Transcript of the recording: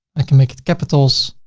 i can make it capitals